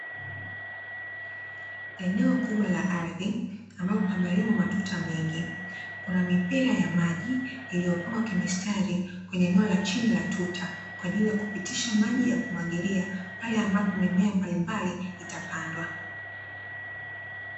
Eneo kubwa la ardhi, ambapo pamelimwa matuta mengi, kuna mipira ya maji iliyopangwa kwa mstari kwenye eneo la chini la tuta kwa ajili ya kupitisha maji ya kumwagilia, pale ambapo mimea mbalimbali itapandwa.